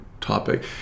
topic